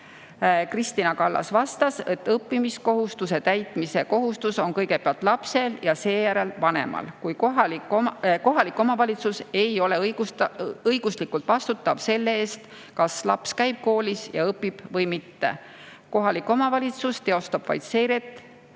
Kristina Kallas vastas, et õppimiskohustuse täitmise kohustus on kõigepealt lapsel ja seejärel vanemal. Kohalik omavalitsus ei ole õiguslikult vastutav selle eest, kas laps käib koolis ja õpib või mitte. Kohalik omavalitsus teostab vaid seiret